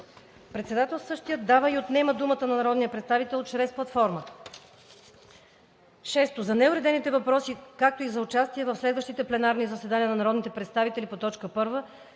Председателстващият дава и отнема думата на народния представител чрез платформата. 6. За неуредените въпроси, както и за участие в следващите пленарни заседания на народните представители по т. 1